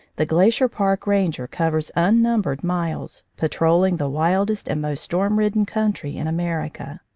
the glacier park ranger covers unnumbered miles, patrolling the wildest and most storm-ridden country in america.